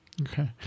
okay